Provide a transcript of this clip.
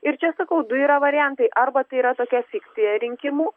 ir čia sakau du yra variantai arba tai yra tokia fikcija rinkimų